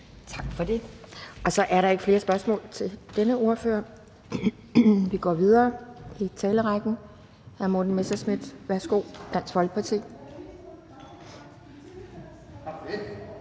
Tak for det. Og så er der ikke flere spørgsmål til denne ordfører. Vi går videre i talerrækken til hr. Morten Messerschmidt, Dansk Folkeparti.